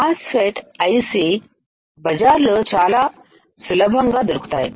mass FET MOSFET I C బజార్ లో చాలా సులభంగా దొరుకుతాయి